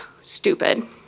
stupid